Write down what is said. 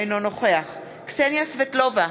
אינו נוכח קסניה סבטלובה,